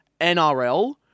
NRL